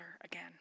again